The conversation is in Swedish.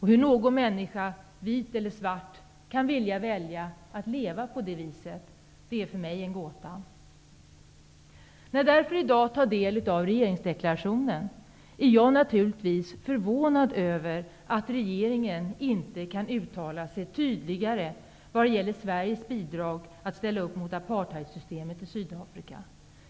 Hur någon människa -- vit eller svart -- kan vilja välja att leva på det viset är för mig en gåta. När jag i dag tar del av regeringsdeklarationen är jag naturligtvis förvånad över att regeringen inte kan uttala sig tydligare om Sveriges bidrag när det gäller att ställa upp mot apartheidsystemet i Sydafrika.